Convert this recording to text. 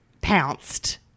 pounced